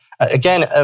again